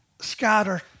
scatter